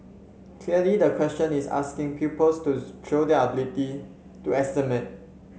clearly the question is asking pupils to show their ability to estimate